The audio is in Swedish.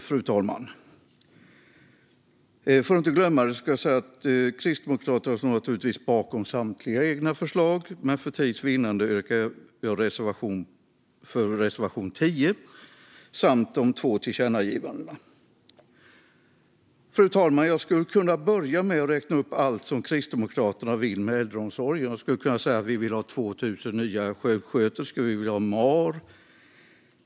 Fru talman! För att inte glömma det ska jag säga att Kristdemokraterna naturligtvis står bakom samtliga egna förslag, men för tids vinnande yrkar jag bifall endast till reservation 10 samt till förslaget om de två tillkännagivandena. Fru talman! Jag skulle kunna börja med att räkna upp allt som Kristdemokraterna vill med äldreomsorgen. Jag skulle kunna säga: Vi vill ha 2 000 nya sjuksköterskor. Vi vill ha MAR.